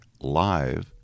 live